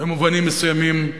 במובנים מסוימים,